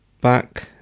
back